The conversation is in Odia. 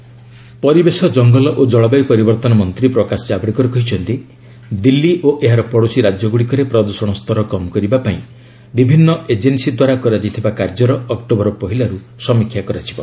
ଜାବଡେକର ପଲ୍ୟୁସନ୍ କଣ୍ଟ୍ରୋଲ୍ ପରିବେଶ ଜଙ୍ଗଲ ଓ ଜଳବାୟୁ ପରିବର୍ତ୍ତନ ମନ୍ତ୍ରୀ ପ୍ରକାଶ ଜାବଡେକର କହିଛନ୍ତି ଦିଲ୍ଲୀ ଓ ଏହାର ପଡ଼ୋଶୀ ରାଜ୍ୟଗୁଡ଼ିକରେ ପ୍ରଦୃଷଣ ସ୍ତର କମ୍ କରିବା ପାଇଁ ବିଭିନ୍ନ ଏଜେନ୍ନୀ ଦ୍ୱାରା କରାଯାଇଥିବା କାର୍ଯ୍ୟର ଅକ୍ଟୋବର ପହିଲାରୁ ସମୀକ୍ଷା କରାଯିବ